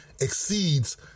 exceeds